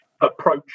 approach